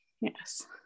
yes